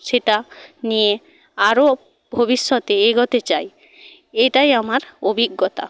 সেটা নিয়ে আরো ভবিষ্যতে এগোতে চাই এইটাই আমার অভিজ্ঞতা